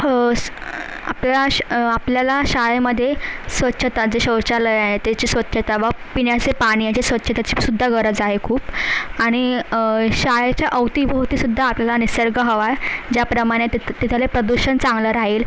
आपल्याला श आपल्याला शाळेमध्ये स्वच्छता जे शौचालय आहे त्याची स्वच्छता व पिण्याचे पानी आहे जे स्वच्छताची सुद्धा गरज आहे खूप आणि शाळेच्या अवती भोवती सुद्धा आपल्याला निसर्ग हवा आहे ज्याप्रमाणे तिथं तिथले प्रदूषण चांगलं राहील